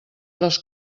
les